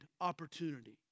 opportunity